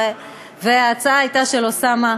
וההצעה הייתה של אוסאמה,